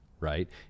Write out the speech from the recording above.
right